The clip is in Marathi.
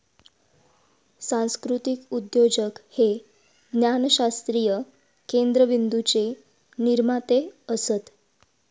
सांस्कृतीक उद्योजक हे ज्ञानशास्त्रीय केंद्रबिंदूचे निर्माते असत